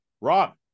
Rob